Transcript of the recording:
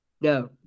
no